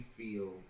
feel